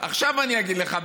עכשיו אני אגיד לך,